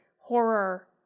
horror